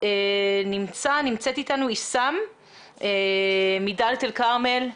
נמצא איתנו עיסאם מדאלית אל כרמל.